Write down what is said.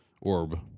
orb